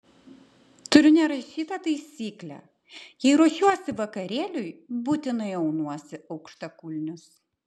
turiu nerašytą taisyklę jei ruošiuosi vakarėliui būtinai aunuosi aukštakulnius